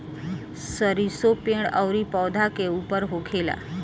सरीसो पेड़ अउरी पौधा के ऊपर होखेला